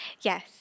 Yes